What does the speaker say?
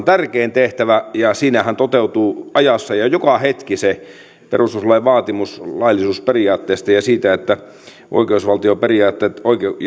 tärkein tehtävä ja siinähän toteutuu ajassa ja joka hetki perustuslain vaatimus laillisuusperiaatteesta ja siitä että oikeusvaltioperiaatteita